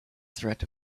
threat